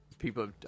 People